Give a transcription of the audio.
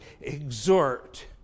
exhort